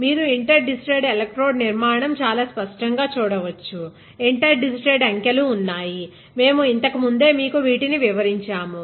మీరు interdigitated electrode నిర్మాణం చాలా స్పష్టంగా చూడవచ్చు ఇంటర్ డిజిటెడ్ అంకెలు ఉన్నాయిమేము ఇంతకు ముందే మీకు వీటిని వివరించాము